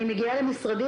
אני מגיעה למשרדים,